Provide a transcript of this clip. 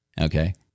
Okay